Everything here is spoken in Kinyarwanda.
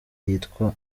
yitwa